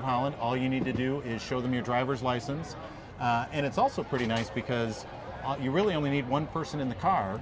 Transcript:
of holland all you need to do is show them your driver's license and it's also pretty nice because you really only need one person in the car